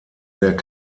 der